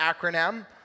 acronym